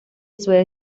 suele